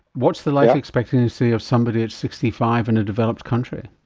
what's the life expectancy of somebody aged sixty five in a developed country?